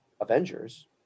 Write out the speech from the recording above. Avengers